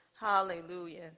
Hallelujah